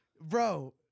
Bro